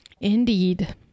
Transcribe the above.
Indeed